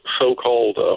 so-called